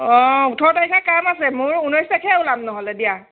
অঁ ওঁঠৰ তাৰিখে কাম আছে মোৰ ঊনৈছ তাৰিখে ওলাম নহ'লে দিয়া